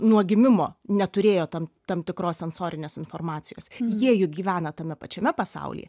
nuo gimimo neturėjo tam tam tikros sensorinės informacijos jie juk gyvena tame pačiame pasaulyje